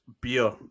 beer